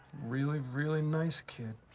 really, really nice kid.